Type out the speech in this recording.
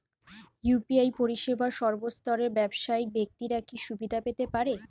UPI পরিসেবা সর্বস্তরের ব্যাবসায়িক ব্যাক্তিরা কি সুবিধা পেতে পারে?